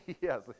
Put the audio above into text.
Yes